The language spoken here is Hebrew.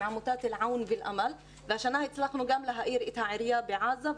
עמותת אלעאון ואלאמל והשנה הצלחנו גם להאיר את העירייה בעזה.